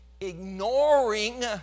ignoring